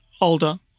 older